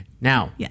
Now